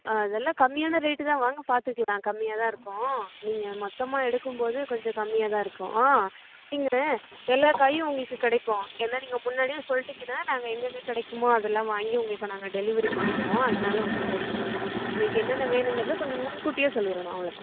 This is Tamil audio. ஆ அதெல்லாம் கம்மியான ரேட்டு தான் வாங்க பார்த்துக்கலாம் கம்மியாகதான் இருக்கும் நீங்கள் மொத்தமாக எடுக்கும்போது கொஞ்சம் கம்மியாகதான் இருக்கும் ஆ நீங்கள் எல்லா காயும் உங்களுக்கு கிடைக்கும் ஏன்னால் நீங்கள் முன்னாடியே சொல்லிட்டிங்கனா நாங்கள் எங்கெங்கே கிடைக்குமோ அதெல்லாம் வாங்கி உங்களுக்கு நாங்கள் டெலிவரி பண்ணிவிடுவோம் அதனால் ஒன்றும் பிரச்சினை இல்லை உங்களுக்கு என்னென்ன வேணுங்கிறத கொஞ்சம் முன்கூட்டியே சொல்லிடணும் அவ்வளோதான்